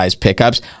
pickups